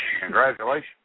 Congratulations